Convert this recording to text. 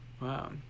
Wow